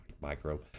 micro